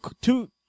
two